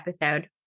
episode